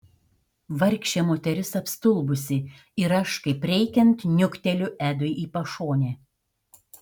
vargšė moteris apstulbusi ir aš kaip reikiant niukteliu edui į pašonę